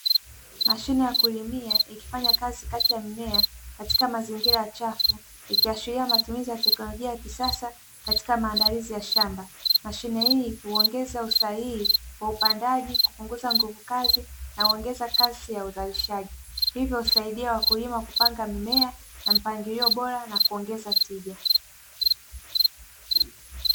Mashine ya kulimia ikifanya kazi kati ya mmea katika mazingira ya chafu, ikiashiria matumizi ya teknologia ya kisasa katika maandalizi ya shamba. Mashine hii huongeza usahihi wa upandaji, kupunguza nguvu kazi na kuongeza kasi ya uzalishaji. Hivyo husaidia wakulima kupanga mimea na mpangilio bora na kuongeza tija.